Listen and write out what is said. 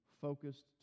focused